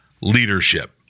leadership